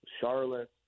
Charlotte